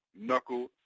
knuckle